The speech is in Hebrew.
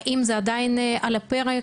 האם זה עדיין על הפרק?